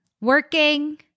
working